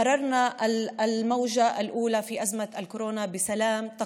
עברנו את הגל הראשון של משבר קורונה בשלום עם